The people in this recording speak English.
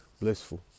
blissful